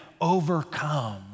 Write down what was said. overcome